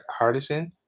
hardison